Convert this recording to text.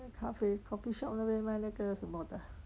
那咖啡 coffee shop 那边卖那个什么的啊